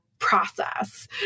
process